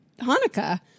Hanukkah